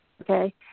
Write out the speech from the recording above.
Okay